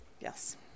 Yes